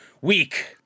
week